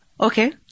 Okay